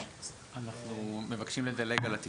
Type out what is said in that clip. אנחנו מבקשים לדלג על סעיף 72,